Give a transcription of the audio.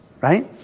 right